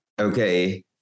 Okay